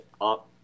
up